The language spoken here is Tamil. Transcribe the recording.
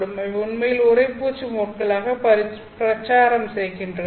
இவை உண்மையில் உறைப்பூச்சு மோட்களாக பிரச்சாரம் செய்கின்றது